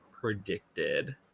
predicted